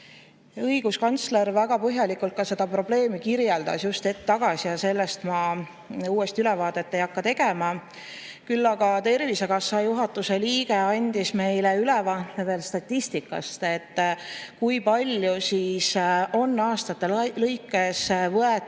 kirjeldas väga põhjalikult seda probleemi ka hetk tagasi ja sellest ma uuesti ülevaadet ei hakka tegema. Küll aga Tervisekassa juhatuse liige andis meile ülevaate statistikast, kui palju siis on aastate lõikes võetud